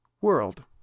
world